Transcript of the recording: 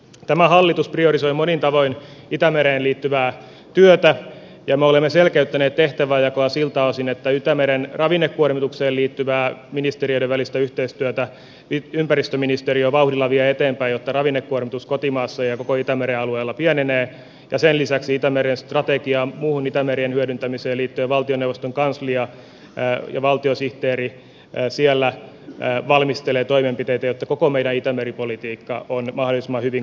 tämä hallitus priorisoi monin tavoin itämereen liittyvää työtä ja me olemme selkeyttäneet tehtäväjakoa siltä osin että ympäristöministeriö vie vauhdilla eteenpäin itämeren ravinnekuormitukseen liittyvää ministeriöiden välistä yhteistyötä jotta ravinnekuormitus kotimaassa ja koko itämeren alueella pienenee ja sen lisäksi valtioneuvoston kanslia ja valtiosihteeri valmistelevat toimenpiteitä itämeren strategiaan muuhun itämeren hyödyntämiseen liittyen valtioneuvoston kanslia sää ja valtiosihteeri ja siellä jää valmistelee toimenpiteitä jotta koko meidän itämeri politiikkamme on mahdollisimman hyvin koordinoitu yhteen